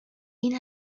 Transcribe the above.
این